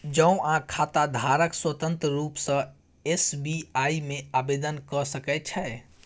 जौंआँ खाताधारक स्वतंत्र रुप सँ एस.बी.आइ मे आवेदन क सकै छै